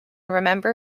remember